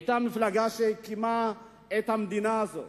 היא המפלגה שהקימה את המדינה הזאת,